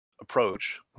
approach